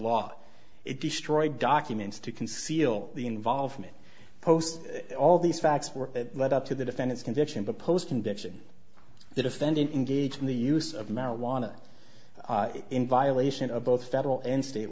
law it destroyed documents to conceal the involvement post all these facts were led up to the defendant's conviction but post conviction the defendant engaged in the use of marijuana in violation of both federal and state